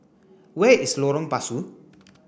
where is Lorong Pasu